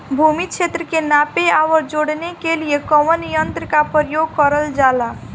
भूमि क्षेत्र के नापे आउर जोड़ने के लिए कवन तंत्र का प्रयोग करल जा ला?